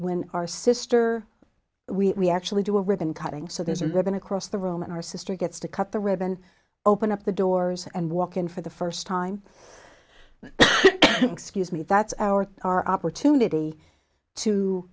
when our sister we actually do a ribbon cutting so there's i'm going across the room and our sister gets to cut the ribbon open up the doors and walk in for the first time scuse me that's our our opportunity to